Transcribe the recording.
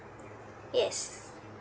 yes